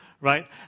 Right